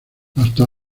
hasta